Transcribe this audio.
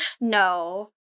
No